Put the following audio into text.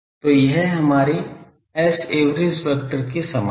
तो यह हमारे Saverage वेक्टर के समान है